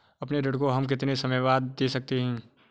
अपने ऋण को हम कितने समय बाद दे सकते हैं?